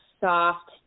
soft